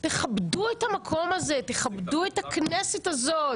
תכבדו את המקום הזה, תכבדו את הכנסת הזאת.